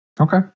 Okay